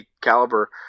caliber